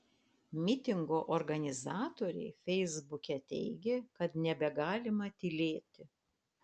mitingo organizatoriai feisbuke teigė kad nebegalima tylėti